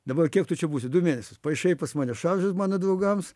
dabar kiek tu čia būsi du mėnesius paišai pas mane šaržus mano draugams